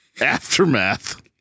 aftermath